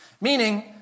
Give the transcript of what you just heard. Meaning